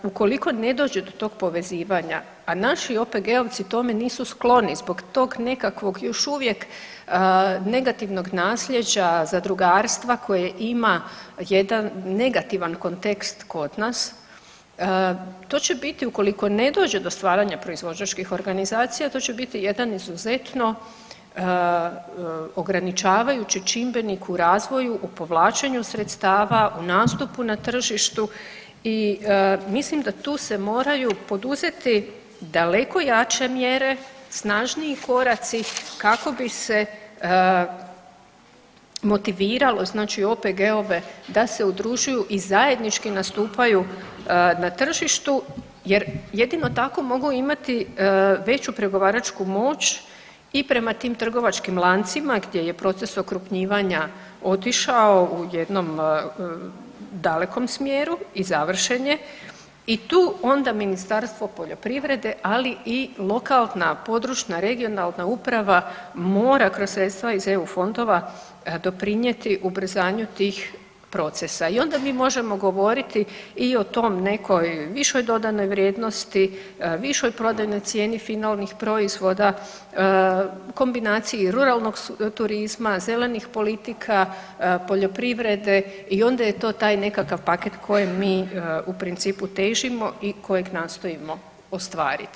Ukoliko ne dođe do tog povezivanja, a naši OPG-ovci tome nisu skloni zbog tog nekakvog još uvijek negativnog nasljeđa zadrugarstva koje ima jedan negativan kontekst kod nas, to će biti ukoliko ne dođe do stvaranja proizvođačkih organizacija, to će biti jedan izuzetno ograničavajući čimbenik u razvoju, u povlačenju sredstava, u nastupu na tržištu i mislim da tu se moraju poduzeti daleko jače mjere i snažniji koraci kako bi se motiviralo znači OPG-ove da se udružuju i zajednički nastupaju na tržištu jer jedino tako mogu imati veću pregovaračku moć i prema tim trgovačkim lancima gdje je proces okrupnjivanja otišao u jednom dalekom smjeru i završen je i tu onda Ministarstvo poljoprivrede, ali i lokalna područna regionalna uprava mora kroz sredstva iz EU fondova doprinjeti ubrzanju tih procesa i onda mi možemo govoriti i o tom nekoj višoj dodanoj vrijednosti, višoj prodajnoj cijeni finalnih proizvoda, kombinaciji ruralnog turizma, zelenih politika, poljoprivrede i onda je to taj nekakav paket kojem mi u principu težimo i kojeg nastojimo ostvariti.